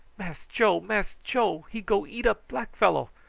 mass joe, mass joe, he go eat up black fellow.